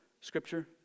scripture